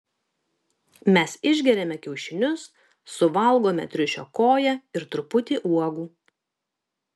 mes išgeriame kiaušinius suvalgome triušio koją ir truputį uogų